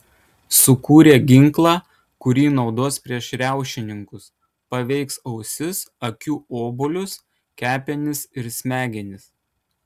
sukūrė ginklą kurį naudos prieš riaušininkus paveiks ausis akių obuolius kepenis ir smegenis